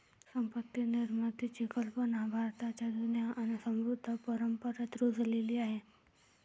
संपत्ती निर्मितीची कल्पना भारताच्या जुन्या आणि समृद्ध परंपरेत रुजलेली आहे